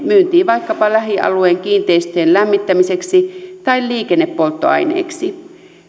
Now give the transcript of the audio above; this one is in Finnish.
myyntiin vaikkapa lähialueen kiinteistöjen lämmittämiseksi tai liikennepolttoaineeksi